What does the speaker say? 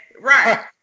Right